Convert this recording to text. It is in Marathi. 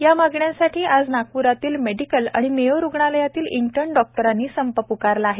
या मागणीसाठी आज नागपुरातील मेडिकल आणि मेयो रुग्णालयातील इंटर्न डॉक्टरांनी संप प्रकारला आहे